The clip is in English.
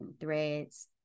threads